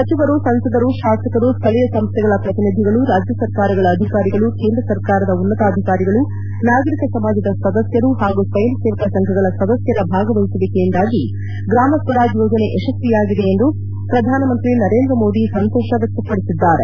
ಸಚಿವರು ಸಂಸದರು ಶಾಸಕರು ಸ್ಥಳೀಯ ಸಂಸ್ಥೆಗಳ ಪ್ರತಿನಿಧಿಗಳು ರಾಜ್ಯರ್ಕಾರಗಳ ಅಧಿಕಾರಿಗಳು ಕೇಂದ್ರ ಸರ್ಕಾರದ ಉನ್ನತಾಧಿಕಾರಿಗಳು ನಾಗರಿಕ ಸಮಾಜದ ಸದಸ್ನರು ಹಾಗೂ ಸ್ವಯಂ ಸೇವಕ ಸಂಘಗಳ ಸದಸ್ನರ ಭಾಗವಹಿಸುವಿಕೆಯಿಂದಾಗಿ ಗ್ರಾಮಸ್ವರಾಜ್ ಯೋಜನೆ ಯಶಸ್ವಿಯಾಗಿದೆ ಎಂದು ಪ್ರಧಾನಮಂತ್ರಿ ನರೇಂದ್ರಮೋದಿ ಸಂತೋಷ ವ್ಚಕ್ತಪಡಿಸಿದ್ದಾರೆ